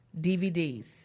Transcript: DVDs